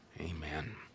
Amen